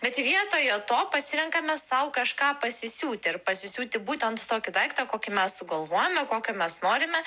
bet vietoje to pasirenkame sau kažką pasisiūti ir pasisiūti būtent tokį daiktą kokį mes sugalvojome kokio mes norime